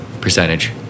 percentage